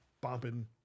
bumping